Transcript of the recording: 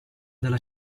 della